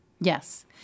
Yes